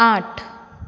आठ